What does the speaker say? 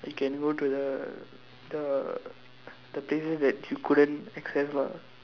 we can go to the the the places that you couldn't access lah